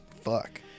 Fuck